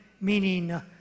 meaning